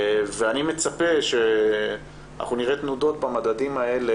אני מצפה שאנחנו נראה תנודות במדדים האלה